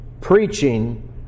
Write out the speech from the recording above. preaching